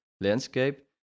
landscape